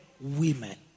women